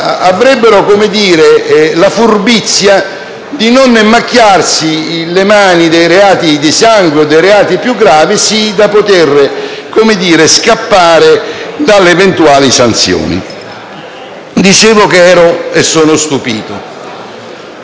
avrebbero la "furbizia" di non macchiarsi le mani dei reati di sangue o dei reati più gravi, così da poter scampare le relative sanzioni. Dicevo che ero e sono stupito.